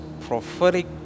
prophetic